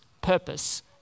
purpose